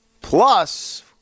plus